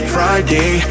Friday